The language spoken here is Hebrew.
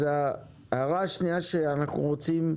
ההערה השנייה שאנחנו רוצים,